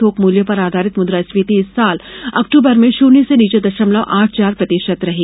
थोक मूल्यों पर आधारित मुद्रास्फीति इस साल अक्टूबर में शून्य से नीचे दशमलव आठ चार प्रतिशत रही